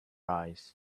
eyes